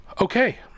Okay